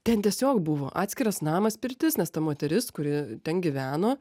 ten tiesiog buvo atskiras namas pirtis nes ta moteris kuri ten gyveno